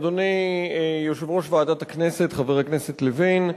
אדוני יושב-ראש ועדת הכנסת, חבר הכנסת לוין,